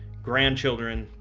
grandchildren,